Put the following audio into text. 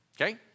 okay